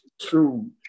true